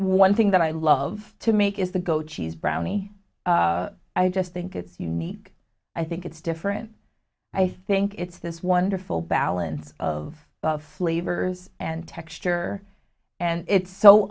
one thing that i love to make is the goat cheese brownie i just think it's unique i think it's different i think it's this wonderful balance of flavors and texture and it's so